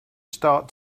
start